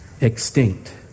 extinct